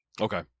Okay